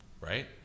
Right